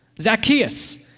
Zacchaeus